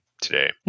today